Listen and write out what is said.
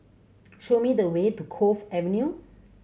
show me the way to Cove Avenue